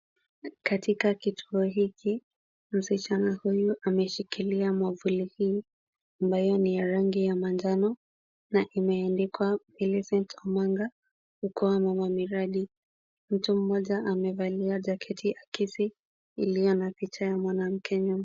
Katika kituo hiki, msichana huyu ameshikilia mwavuli hii ambayo ni ya rangi ya manjano na imeandikwa Milicent Omanga, mkoa mama miradi. Mtu mmoja amevalia jaketi akisi iliyo na picha ya mwanamke nyuma.